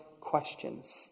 questions